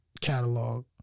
catalog